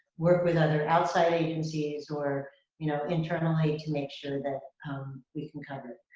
work with other outside agencies or you know internally to make sure that um we can cover it.